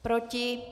Proti?